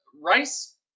Rice